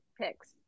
picks